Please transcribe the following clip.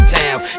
town